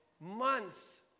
months